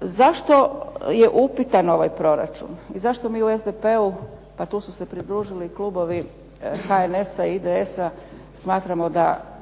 Zašto je upitan ovaj proračun i zašto mi u SDP-u a tu su se pridružili Klubovi IDS-a, i HNS-a smatramo da